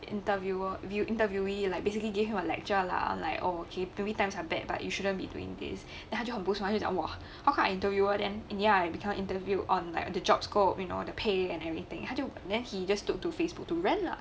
interviewer view interviewee like basically gave him a lecture lah like orh people times are bad but you shouldnt be doing this then 他就很不爽就讲 !wah! what kind of interviewer then in the end I cant interview on like the job scope you know the pay and everything 他就 then he just took to facebook to rant lah